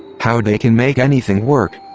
how they can make anything work!